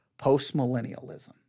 postmillennialism